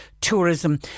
tourism